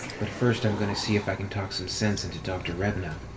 but first, i'm going to see if i can talk some sense into dr. revna.